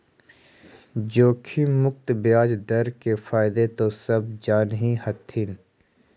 जोखिम मुक्त ब्याज दर के फयदा तो सब जान हीं हथिन